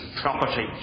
property